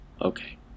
Okay